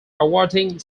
awarding